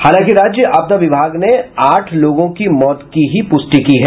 हालांकि राज्य आपदा विभाग ने आठ लोगों की मौत की पुष्टि की है